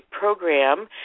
program